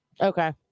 Okay